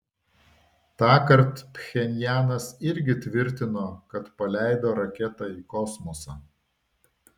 tąkart pchenjanas irgi tvirtino kad paleido raketą į kosmosą